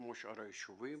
כמו שאר היישובים,